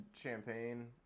champagne